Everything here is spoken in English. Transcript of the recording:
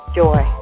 joy